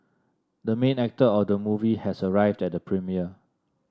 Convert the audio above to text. the main actor of the movie has arrived at the premiere